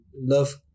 love